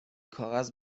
کاغذ